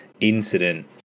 incident